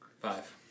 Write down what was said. Five